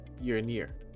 year-in-year